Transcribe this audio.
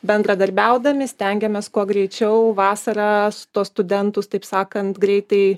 bendradarbiaudami stengiamės kuo greičiau vasarą su tuos studentus taip sakant greitai